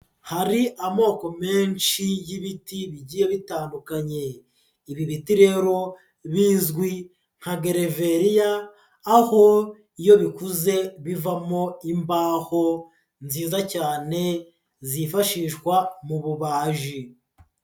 Hari amoko menshi y'ibiti bigiye bitandukanye, ibi biti rero bizwi nka gereveriya aho iyo bikuze bivamo imbaho nziza cyane zifashishwa mu bubaji.